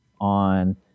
on